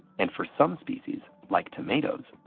and for some species, like tomatoes,